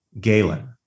Galen